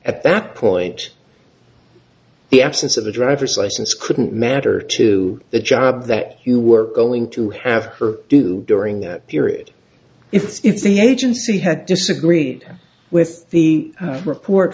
at that point the absence of the driver's license couldn't matter to the job that you were going to have her do during that period if the agency had disagreed with the report